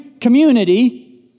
community